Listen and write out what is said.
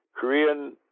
Korean